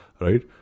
Right